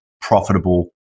profitable